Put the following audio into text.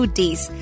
days